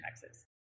taxes